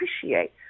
appreciate